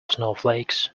snowflakes